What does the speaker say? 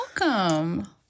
welcome